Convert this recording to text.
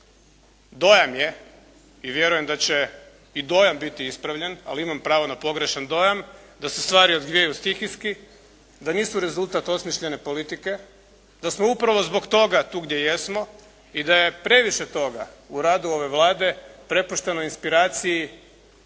Dojam je i vjerujem da će i dojam biti ispravljen, ali imam pravo na pogrešan dojam da se stvari odvijaju stihijski, da nisu rezultat osmišljene politike, da smo upravo zbog toga tu gdje jesmo i da je previše toga u radu ove Vlade prepušteno inspiraciji